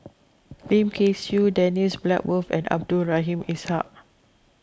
Lim Kay Siu Dennis Bloodworth and Abdul Rahim Ishak